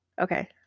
Okay